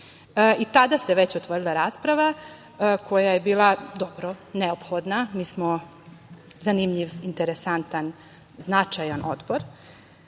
ikada. Tada se već otvorila rasprava koja je bila, dobro, neophodna, mi smo zanimljiv, interesantan, značajan Odbor